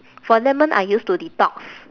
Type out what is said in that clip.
for lemon I use to detox